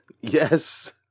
Yes